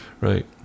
right